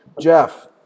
Jeff